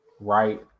right